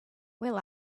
will